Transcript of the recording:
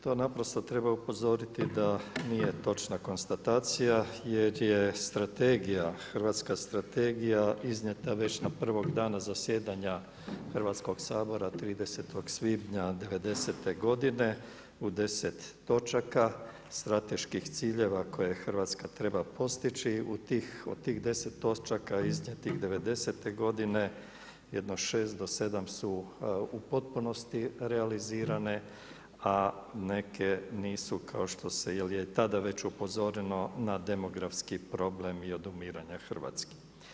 To naprosto treba upozoriti, da nije točna konstatacija, jer je strategija, hrvatska strategija iznijeta već na prvog dana zasjedanja Hrvatskog sabora, 30. svibnja 90' godine u 10 točaka strateških ciljeva koje Hrvatska treba postići u tih 10 točaka iznijetih 90' godine, jedno 6 do 7 su u potpunosti realizirane, a neke nisu, kao što se, jer je i tada već upozoreno na demografski problem i umiranja Hrvatske.